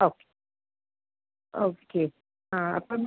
okay okay ആ അപ്പം